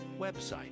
website